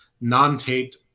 non-taped